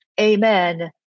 Amen